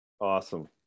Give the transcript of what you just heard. Awesome